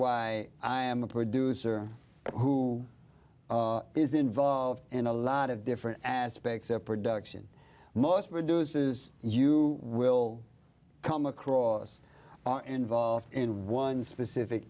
why i am a producer who is involved in a lot of different aspects of production most produces you will come across are involved in one specific